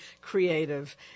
creative